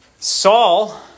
Saul